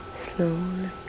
slowly